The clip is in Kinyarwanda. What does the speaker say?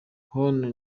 hano